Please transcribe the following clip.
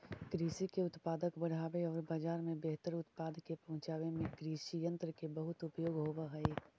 कृषि के उत्पादक बढ़ावे औउर बाजार में बेहतर उत्पाद के पहुँचावे में कृषियन्त्र के बहुत उपयोग होवऽ हई